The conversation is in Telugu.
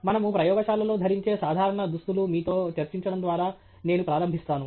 మనము ప్రయోగశాలలో ధరించే సాధారణ దుస్తులు మీతో చర్చించడం ద్వారా నేను ప్రారంభిస్తాను